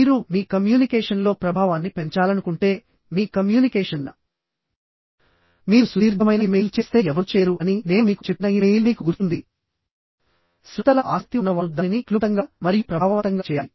మీరు మీ కమ్యూనికేషన్లో ప్రభావాన్ని పెంచాలనుకుంటే మీ కమ్యూనికేషన్ మీరు సుదీర్ఘమైన ఇమెయిల్ చేస్తే ఎవరూ చేయరు అని నేను మీకు చెప్పిన ఇమెయిల్ మీకు గుర్తుంది శ్రోతలా ఆసక్తి ఉన్నవారు దానిని క్లుప్తంగా మరియు ప్రభావవంతంగా చేయాలి